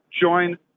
join